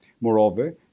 Moreover